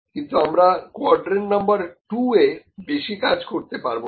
কিন্তু আমরা quadrant number 2 এ বেশি কাজ করতে পারবো না